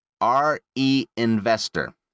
R-E-Investor